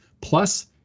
Plus